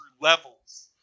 levels